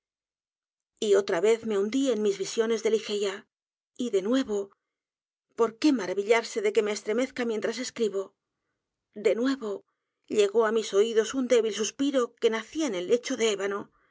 y otra vez me hundí en mis visiones de ligeia y de nuevo por qué maravillarse de que me estremezca mientras escribo de nuevo llegó á mis oídos un débil suspiro que naeía en el lecho de ébano